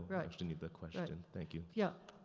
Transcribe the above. actually need the question, thank you. yep,